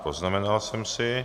Poznamenal jsem si.